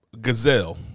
Gazelle